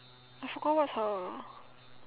I forgot what's her